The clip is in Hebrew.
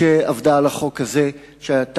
על מנת להכינה לקריאה שנייה ושלישית.